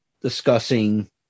discussing